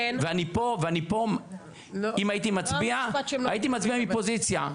ואני פה, ואם הייתי מצביע, הייתי מצביע מפוזיציה.